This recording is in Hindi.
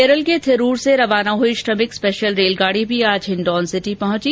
केरल के थिरुर से रवाना हुई श्रमिक स्पेशल रेलगाड़ी भी आज हिंडौन सिटी पहुंची